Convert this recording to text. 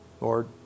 Lord